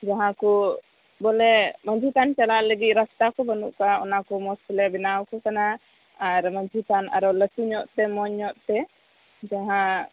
ᱡᱟᱦᱟᱸ ᱠᱚ ᱵᱚᱞᱮ ᱢᱟᱺᱡᱷᱤ ᱛᱷᱟᱱ ᱪᱟᱞᱟᱜ ᱞᱟᱹᱜᱤᱫ ᱨᱟᱥᱛᱟ ᱠᱚ ᱹᱠᱟᱜᱼᱟ ᱚᱱᱟ ᱠᱚ ᱢᱚᱸᱡᱽ ᱛᱮᱞᱮ ᱵᱮᱱᱟᱣ ᱠᱚ ᱠᱟᱱᱟ ᱟᱨ ᱢᱟᱡᱷᱤ ᱛᱷᱟᱱ ᱟᱨᱚ ᱞᱟᱹᱴᱩ ᱧᱚᱜ ᱛᱮ ᱢᱚᱸᱡᱽ ᱧᱚᱜ ᱛᱮ ᱡᱟᱦᱟᱸ